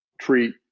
treat